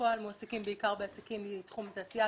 כשבפועל מועסקים בעיקר בעסקים מתחום התעשייה,